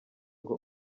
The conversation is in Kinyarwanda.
ngo